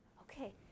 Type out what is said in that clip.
Okay